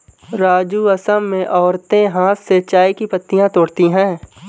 राजू असम में औरतें हाथ से चाय की पत्तियां तोड़ती है